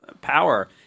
power